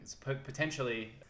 potentially